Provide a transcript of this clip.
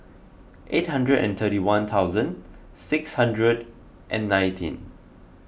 eight hundred and thirty one thousand six hundred and nineteen